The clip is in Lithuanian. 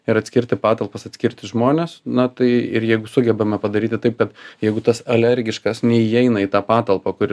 ir atskirti patalpas atskirti žmones na tai ir jeigu sugebame padaryti taip kad jeigu tas alergiškas neįeina į tą patalpą kur